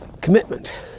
commitment